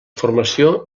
formació